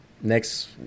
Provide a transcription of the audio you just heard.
Next